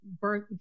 birth